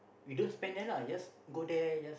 you don't spend there lah just go there just